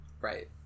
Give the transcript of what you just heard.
Right